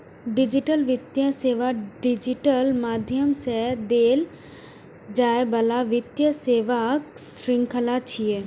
digital वित्तीय सेवा digital माध्यम सं देल जाइ बला वित्तीय सेवाक शृंखला छियै